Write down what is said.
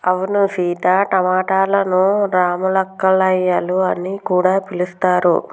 అవును సీత టమాటలను రామ్ములక్కాయాలు అని కూడా పిలుస్తారు